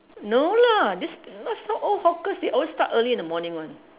no lah this last time all hawkers they always start early in the morning one